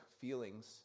feelings